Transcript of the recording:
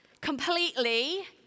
completely